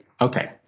Okay